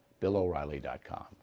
billoreilly.com